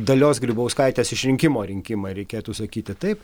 dalios grybauskaitės išrinkimo rinkimai reikėtų sakyti taip